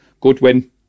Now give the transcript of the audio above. Goodwin